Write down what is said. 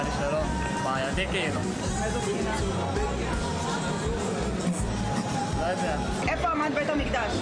עד כמה מתאמים מולכם סיורים של תלמידים ובתי ספר לעליה להר הבית.